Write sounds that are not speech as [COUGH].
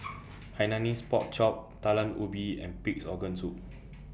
[NOISE] Hainanese Pork Chop Talam Ubi and Pig'S Organ Soup